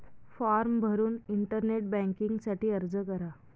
form भरून internet banking साठी अर्ज करा